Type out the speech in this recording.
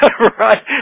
Right